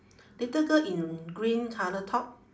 little girl in green colour top